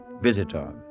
visitor